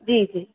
जी जी